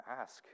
ask